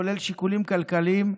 כולל שיקולים כלכליים,